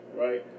right